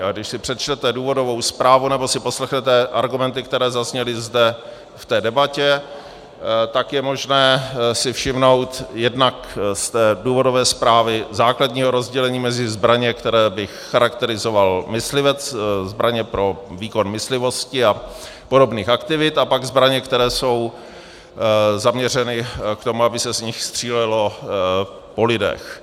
Když si přečtete důvodovou zprávu nebo si poslechnete argumenty, které zazněly zde v té debatě, tak je možné si všimnout jednak z té důvodové zprávy základního rozdělení mezi zbraně, které bych charakterizoval myslivec, zbraně pro výkon myslivosti a podobných aktivit, a pak zbraně, které jsou zaměřeny k tomu, aby se z nich střílelo po lidech.